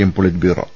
M polit bureau